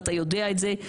אתה יודע את זה,